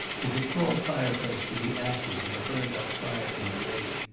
was a small fireplace with the ashes of a burnt-out fire in the grate.